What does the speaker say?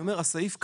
הסעיף קיים,